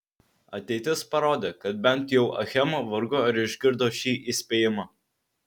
ateitis parodė kad bent jau achema vargu ar išgirdo šį įspėjimą